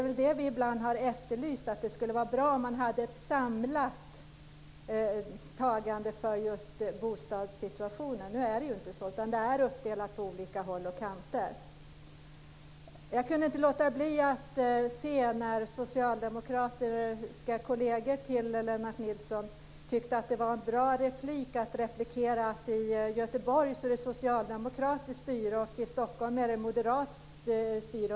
Vi har ibland efterlyst ett samlat ansvarstagande för bostadssituationen. Nu finns det inte, utan ansvaret är uppdelat på olika håll och kanter. Jag lade märke till att socialdemokratiska kolleger till Lennart Nilsson tyckte att han hade en bra replik när han sade att det i Göteborg är ett socialdemokratiskt styre medan det i Stockholm är ett moderat styre.